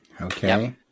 Okay